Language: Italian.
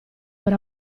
per